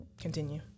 continue